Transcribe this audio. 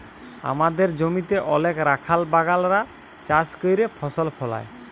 আমাদের জমিতে অলেক রাখাল বাগালরা চাষ ক্যইরে ফসল ফলায়